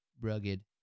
rugged